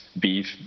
beef